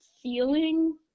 feeling